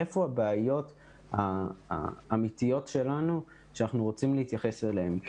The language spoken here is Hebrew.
איפה הבעיות האמיתיות שלנו שאנחנו רוצים להתייחס אליהן.